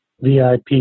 VIP